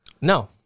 No